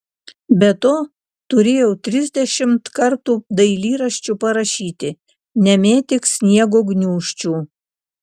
be to turėjau trisdešimt kartų dailyraščiu parašyti nemėtyk sniego gniūžčių